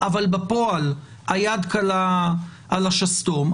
אבל בפועל היד קלה על השסתום,